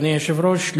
אדוני היושב-ראש,